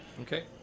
Okay